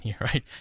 right